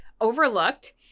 overlooked